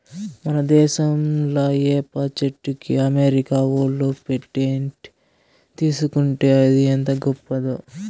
మన దేశంలా ఏప చెట్టుకి అమెరికా ఓళ్ళు పేటెంట్ తీసుకుంటే అది ఎంత గొప్పదో